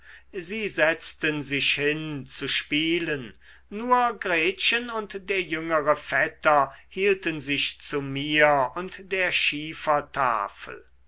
sie setzten sich hin zu spielen nur gretchen und der jüngere vetter hielten sich zu mir und der schiefertafel